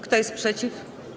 Kto jest przeciw?